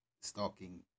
stalking